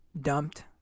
dumped